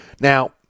Now